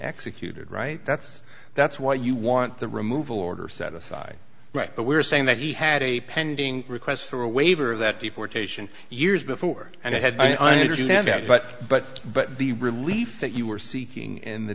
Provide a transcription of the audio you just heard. executed right that's that's why you want the removal order set aside right but we're saying that he had a pending request for a waiver of that deportation years before and i said i understand that but but but the relief that you were seeking in the